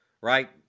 right